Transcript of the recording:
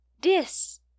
this